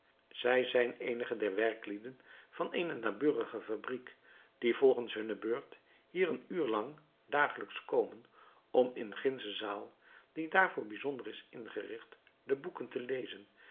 zij zijn eenige der werklieden van eene naburige fabriek die volgens hunne beurt hier een uur lang dagelijks komen om in gindsche zaal die daarvoor bijzonder is ingericht de boeken te lezen